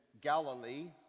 Galilee